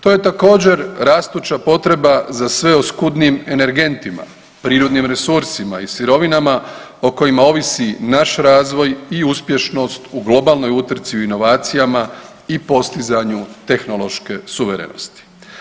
To je također rastuća potreba za sve oskudnijim energentima, prirodnim resursima i sirovinama o kojima ovisi naš razvoj i uspješnost u globalnoj utrci u inovacijama i postizanju tehnološke suverenosti.